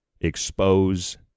expose